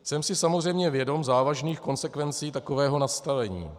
Jsem si samozřejmě vědom závažných konsekvencí takového nastavení.